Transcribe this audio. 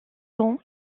ans